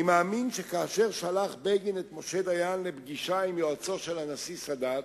אני מאמין שכאשר שלח בגין את משה דיין לפגישה עם יועצו של הנשיא סאדאת,